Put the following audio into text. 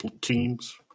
teams